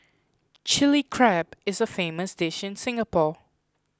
Chilli Crab is a famous dish in Singapore